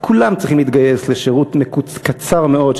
כולם צריכים להתגייס לשירות קצר מאוד,